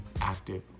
active